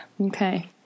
Okay